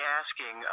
asking